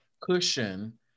cushion